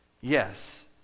Yes